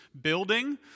building